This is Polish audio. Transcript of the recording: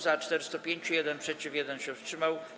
Za - 405, 1 - przeciw, 1 się wstrzymał.